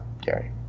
Gary